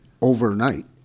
overnight